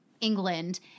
England